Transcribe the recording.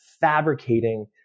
fabricating